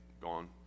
gone